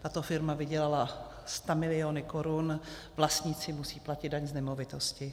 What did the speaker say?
Tato firma vydělala stamiliony korun, vlastníci musí platit daň z nemovitosti.